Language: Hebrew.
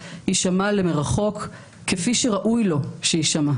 נושא הישיבה של היום: ציון במשפט תיפדה.